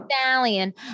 stallion